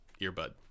earbud